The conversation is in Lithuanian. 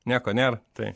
nieko nėr tai